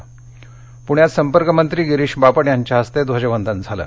पृण्यात संपर्कमंत्री गिरीश बापट यांच्या हस्ते ध्वजवंदन झालं